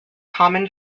common